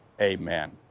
amen